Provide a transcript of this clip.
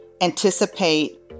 anticipate